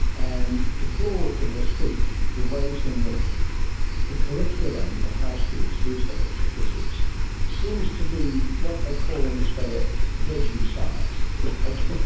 and deplored in her speech the ways in which the curriculum at high schools these days for physics seems to do what they call in australia veggie science, if you like.